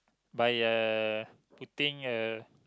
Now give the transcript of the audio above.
by uh putting a